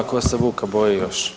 Tko se vuka boji još?